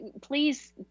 Please